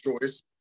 choice